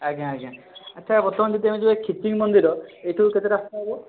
ଆଜ୍ଞା ଆଜ୍ଞା ଆଚ୍ଛା ବର୍ତ୍ତମାନ ଯଦି ଆମେ ଯେଉଁ ଖିଚିଙ୍ଗ ମନ୍ଦିର ଏଇଠୁ କେତେ ରାସ୍ତା ହେବ